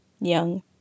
Young